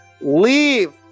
Leave